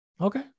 Okay